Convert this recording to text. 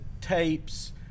tapes